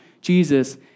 Jesus